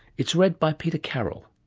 it's read by peter carroll.